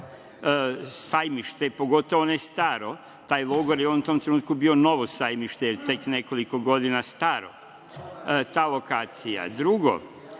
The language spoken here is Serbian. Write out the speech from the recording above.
Sajmište, pogotovo ne Staro, taj logor je u tom trenutku bio novo Sajmište, tek nekoliko godina stara ta lokacija. Druga